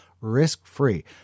risk-free